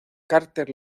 carter